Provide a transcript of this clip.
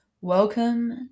Welcome